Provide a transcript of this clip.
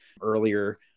earlier